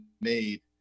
made